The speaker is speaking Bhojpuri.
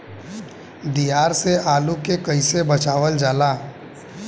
दियार से आलू के कइसे बचावल जाला?